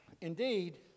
indeed